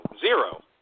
zero